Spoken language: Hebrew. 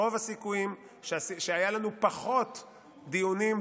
רוב הסיכויים שהיו לנו פחות דיונים,